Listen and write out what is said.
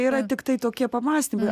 yra tiktai tokie pamąstymai